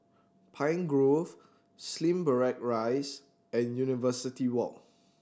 Pine Grove Slim Barrack Rise and University Walk